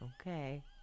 Okay